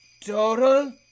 Total